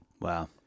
Wow